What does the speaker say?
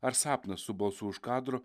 ar sapnas su balsu už kadro